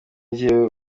njyewe